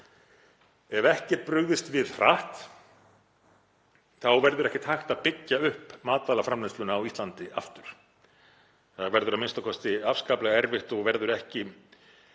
Ef ekki er brugðist við hratt þá verður ekkert hægt að byggja upp matvælaframleiðslu á Íslandi aftur. Það verður a.m.k. afskaplega erfitt og verður ekki